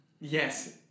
Yes